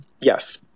Yes